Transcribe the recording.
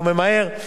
הוא ממהר,